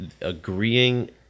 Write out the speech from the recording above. agreeing